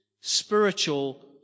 spiritual